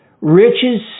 riches